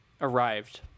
arrived